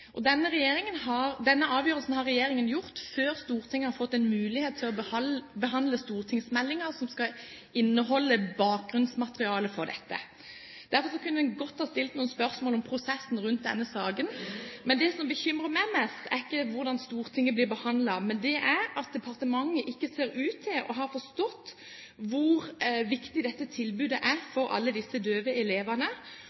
Denne avgjørelsen har regjeringen gjort før Stortinget har fått mulighet til å behandle stortingsmeldingen som skal inneholde bakgrunnsmaterialet for dette. Derfor kunne en godt ha stilt noen spørsmål om prosessen i denne saken. Men det som bekymrer meg mest, er ikke hvordan Stortinget blir behandlet, men det er at departementet ikke ser ut til å ha forstått hvor viktig dette tilbudet er